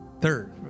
third